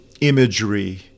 imagery